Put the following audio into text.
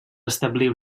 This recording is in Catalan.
establir